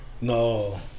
No